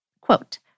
Quote